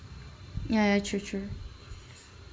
ya ya true true